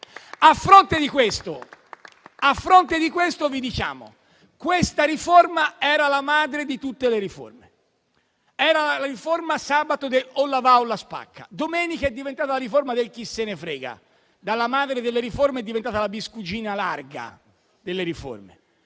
A fronte di questo, vi facciamo notare che questa riforma prima era la madre di tutte le riforme; sabato era la riforma del «o la va o la spacca»; domenica è diventata una riforma del «chi se ne frega». Dalla madre delle riforme è diventata la biscugina larga delle riforme.